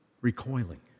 recoiling